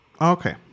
Okay